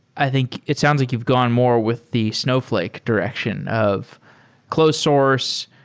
i think it sounds like you've gone more with the snowfl ake direction of close source,